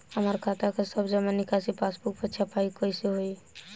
हमार खाता के सब जमा निकासी पासबुक पर छपाई कैसे होई?